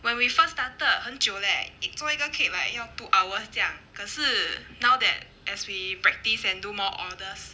when we first started 很久 leh 做一个 cake like 要 two hours 这样可是 now that as we practice and do more orders